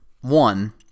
One